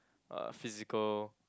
uh physical